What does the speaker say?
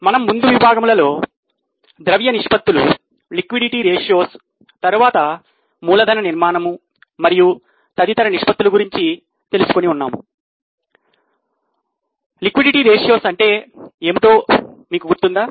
మనం ముందు విభాగములలో ద్రవ్య నిష్పత్తులు అంటే ఏమిటో మీకు గుర్తుందా